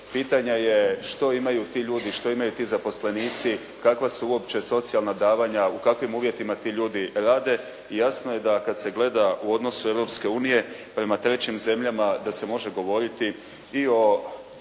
pitanje je što imaju ti ljudi, što imaju ti zaposlenici, kakva su uopće socijalna davanja, u kakvim uvjetima ti ljudi rade. I jasno je da kad se gleda u odnosu Europske unije prema trećim zemljama da se može govoriti i o